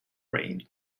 rain